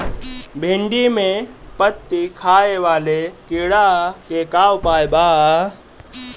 भिन्डी में पत्ति खाये वाले किड़ा के का उपाय बा?